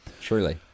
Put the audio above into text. Truly